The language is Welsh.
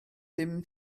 dim